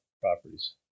properties